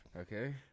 Okay